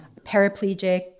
paraplegic